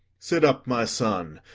sit up, my son,